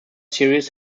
series